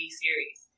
series